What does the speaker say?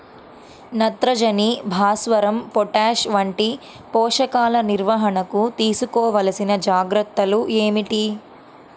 నత్రజని, భాస్వరం, పొటాష్ వంటి పోషకాల నిర్వహణకు తీసుకోవలసిన జాగ్రత్తలు ఏమిటీ?